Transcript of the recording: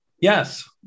Yes